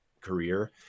career